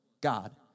God